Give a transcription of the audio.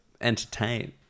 entertain